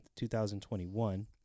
2021